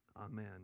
Amen